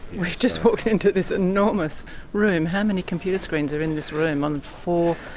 we've just walked into this enormous room. how many computer screens in this room on four,